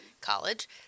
college